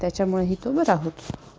त्याच्यामुळेही तो बरा होतो